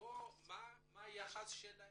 מה היחס שלהם?